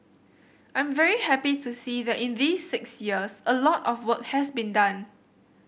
I'm very happy to see that in these six years a lot of work has been done